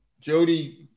Jody